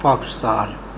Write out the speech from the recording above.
Pakistan